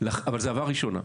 אבל זה עבר ראשונה.